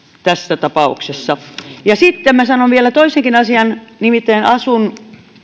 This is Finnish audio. tässä tapauksessa sitten minä sanon vielä toisenkin asian nimittäin asun